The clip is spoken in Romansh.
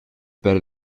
per